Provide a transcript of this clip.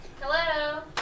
Hello